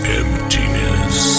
emptiness